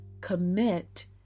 Commit